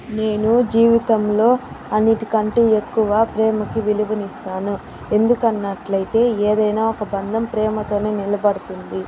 నేను జీవితంలో అన్నిటికంటే ఎక్కువ ప్రేమకి విలువని ఇస్తాను ఎందుకు అన్నట్లైతే ఏదైనా ఒక బంధం ప్రేమతోనే నిలబడుతుంది